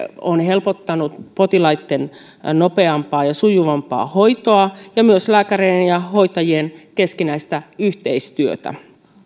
on helpottanut potilaitten nopeampaa ja sujuvampaa hoitoa ja myös lääkäreiden ja hoitajien keskinäistä yhteistyötä